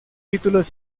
títulos